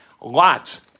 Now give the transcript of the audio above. lots